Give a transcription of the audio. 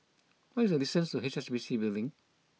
what is the distance to H S B C Building